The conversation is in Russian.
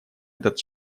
этот